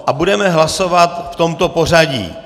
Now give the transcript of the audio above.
A budeme hlasovat v tomto pořadí.